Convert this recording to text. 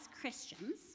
Christians